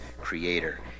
creator